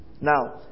Now